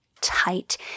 tight